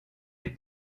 les